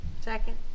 Second